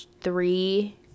three